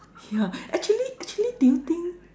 yeah actually actually do you think